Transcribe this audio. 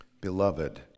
beloved